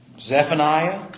Zephaniah